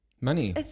money